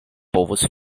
povus